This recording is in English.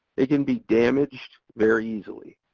it can be damaged very easily.